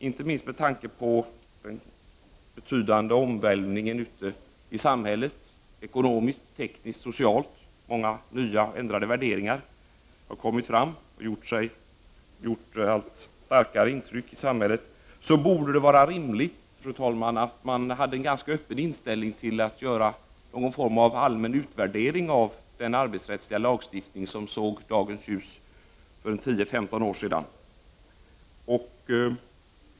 Inte minst med tanke på den betydande omvälvningen ute i samhället ekonomiskt, tekniskt och socialt — många nya värderingar har ju kommit fram och gjort ett allt starkare intryck i samhället — borde det vara rimligt, fru talman, att ha en ganska öppen inställning till att göra någon form av allmän utvärdering av den arbetsrättsliga lagstiftning som såg dagens ljus för 10-15 år sedan.